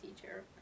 teacher